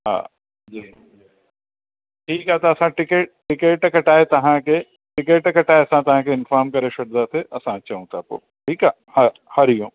हा जी ठीकु आहे त असां टिकेट टिकेट कटाए तव्हां खे टिकेट कटाए असां तव्हांखे इनफ़ॉर्म करे छॾींदासे असां अचूं था पोइ ठीक आहे ह हरिओम